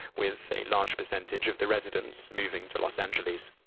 with a large percentage of the residents moving to los angeles.